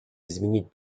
изменить